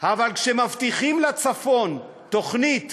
אבל כשמבטיחים לצפון תוכנית